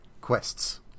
Quests